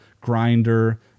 grinder